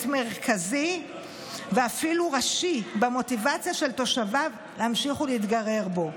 מרכזי ואפילו ראשי במוטיבציה של תושביו להמשיך ולהתגורר בו